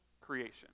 creation